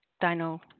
dino